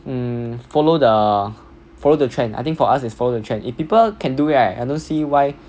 mm follow the follow the trend I think for us is follow the trend if people can do it right I don't see why